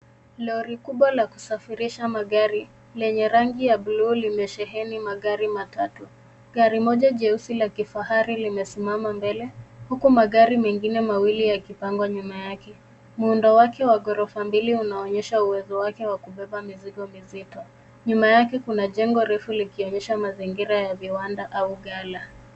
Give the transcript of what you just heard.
Lori kubwa la kusafirisha magari lenye rangi ya bluu limesheheni magari matatu. Gari moja jeusi la kifahari limesimama mbele, huku magari mengine mawili yakipangwa nyuma yake. Muundo wake wa ghorofa mbili unaonyesha uwezo wake wa kubeba mizigo mizito. Nyuma yake kuna jengo refu likionyesha mazingira ya viwanda au ghala.